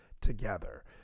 together